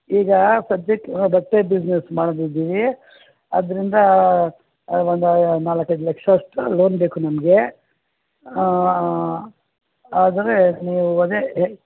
ಈಗ ಸದ್ಯಕ್ಕೆ ಹಾಂ ಬಟ್ಟೆ ಬಿಸ್ನೆಸ್ ಮಾಡೋದಿದ್ದೀವಿ ಅದರಿಂದ ಒಂದು ನಾಲ್ಕು ಐದು ಲಕ್ಷ ಅಷ್ಟು ಲೋನ್ ಬೇಕು ನಮ್ಗೆ ಆದರೆ ನೀವು ಅದೇ